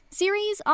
series